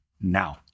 Now